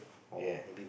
yea